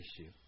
issue